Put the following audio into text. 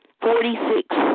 forty-six